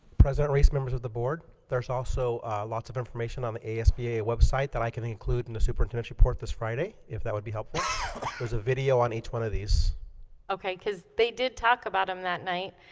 president reese members of the board there's also lots of information on the asba website that i can include in the superintendent report this friday if that would be helpful there's a video on each one of these ok cuz they did talk about them that night,